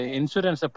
insurance